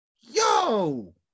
Yo